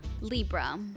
libra